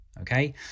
Okay